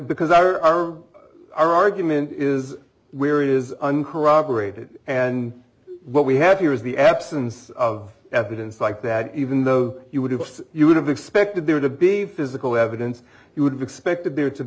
because our argument is where it is uncorroborated and what we have here is the absence of evidence like that even though you would have us you would have expected there to be physical evidence you would have expected there to